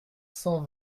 cent